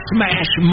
Smash